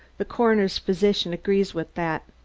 the coroner's physician agrees with that.